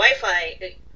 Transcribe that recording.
Wi-Fi